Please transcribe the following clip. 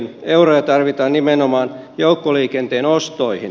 euroja tarvitaan nimenomaan joukkoliikenteen ostoihin